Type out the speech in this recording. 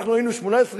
אנחנו היינו 18,